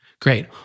great